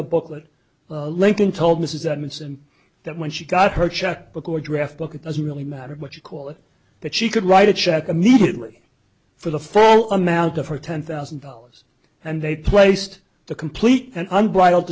the booklet well lincoln told mrs and miss and that when she got her check book or draft book at doesn't really matter what you call it that she could write a check immediately for the full amount of her ten thousand dollars and they placed the complete unbridled